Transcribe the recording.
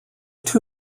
two